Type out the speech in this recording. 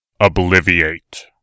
Obliviate